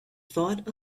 thought